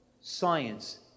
science